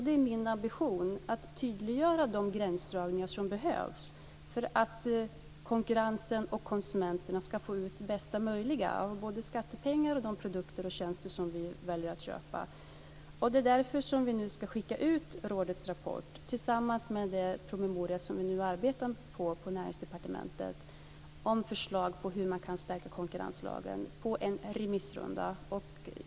Det är min ambition att tydliggöra de gränsdragningar som behövs för konkurrensen och för att konsumenter ska få ut bästa möjliga av skattepengar och av de produkter och tjänster som vi väljer att köpa. Det är därför vi nu ska skicka ut rådets rapport, tillsammans med den promemoria vi arbetar med på Näringsdepartementet med förslag på hur man kan stärka konkurrenslagen, på en remissrunda.